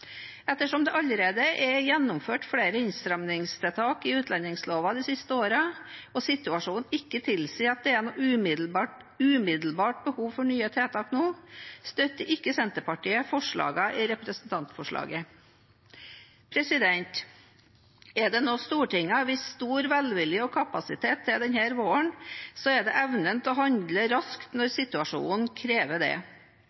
Ettersom det allerede er gjennomført flere innstrammingstiltak i utlendingsloven de siste årene og situasjonen ikke tilsier at det er noe umiddelbart behov for nye tiltak nå, støtter ikke Senterpartiet forslagene i representantforslaget. Er det noe Stortinget har vist stor velvilje og kapasitet til denne våren, er det evnen til å handle raskt